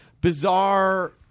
bizarre